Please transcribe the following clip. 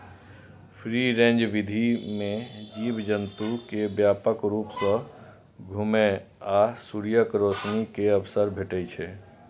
free range विधि मे जीव जंतु कें व्यापक रूप सं घुमै आ सूर्यक रोशनी के अवसर भेटै छै